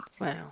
Wow